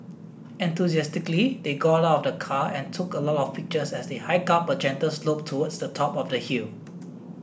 enthusiastically they got out of the car and took a lot of pictures as they hiked up a gentle slope towards the top of the hill